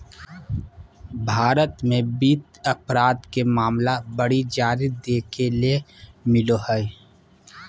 भारत मे वित्त अपराध के मामला बड़ी जादे देखे ले मिलो हय